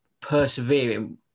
persevering